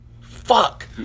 Fuck